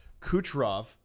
Kucherov